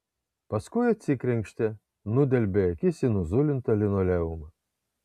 paskui atsikrenkštė nudelbė akis į nuzulintą linoleumą